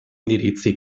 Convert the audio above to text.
indirizzi